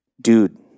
dude